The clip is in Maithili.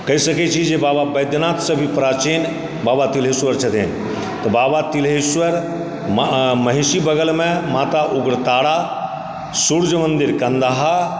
कहि सकैत छी जे बाबा बैद्यनाथसँ भी प्राचीन बाबा तिल्हेश्वर छथिन तऽ बाबा तिल्हेश्वर महिषी बगलमे माता उग्रतारा सूर्य मन्दिर कन्दाहा